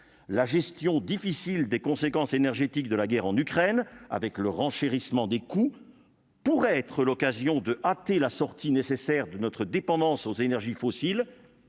la gestion difficile des conséquences énergétiques de la guerre en Ukraine avec le renchérissement des coûts pourrait être l'occasion de hâter la sortie nécessaire de notre dépendance aux énergies fossiles,